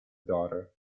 daughter